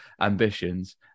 ambitions